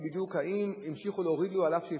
בדיוק אם המשיכו להוריד לי אף שהפסקתי.